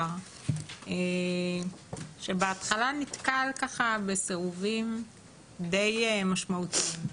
שבהתחלה נתקל בסירובים די משמעותיים,